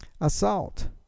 assault